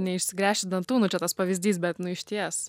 neišsigręši dantų nu čia tas pavyzdys bet nu išties